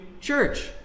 church